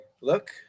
look